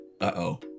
Uh-oh